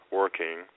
working